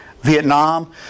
Vietnam